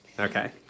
Okay